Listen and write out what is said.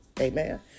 Amen